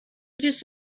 just